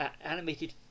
animated